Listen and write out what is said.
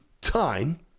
time